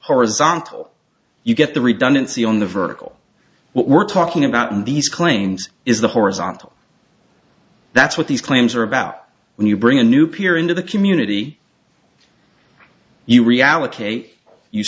horizontal you get the redundancy on the vertical what we're talking about in these claims is the horizontal that's what these claims are about when you bring a new peer into the community you reallocate you